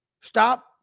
Stop